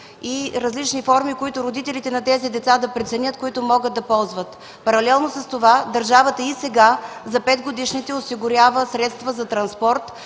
и различни форми, които родителите на тези деца да преценят да ползват. Паралелно с това държавата и сега осигурява средства за транспорт